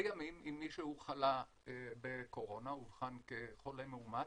לימים, אם מישהו חלה בקורונה, אובחן כחולה מאומת,